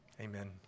Amen